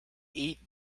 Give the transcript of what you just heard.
eat